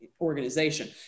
organization